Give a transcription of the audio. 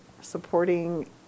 supporting